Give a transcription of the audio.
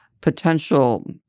potential